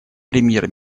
премьер